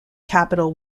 capital